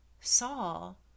Saul